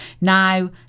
Now